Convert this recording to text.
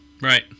Right